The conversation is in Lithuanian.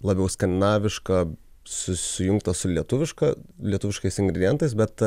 labiau skandinaviška sujungta su lietuviška lietuviškais ingredientais bet